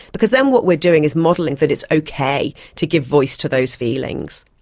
because then what we're doing is modelling that it's okay to give voice to those feelings.